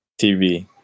TV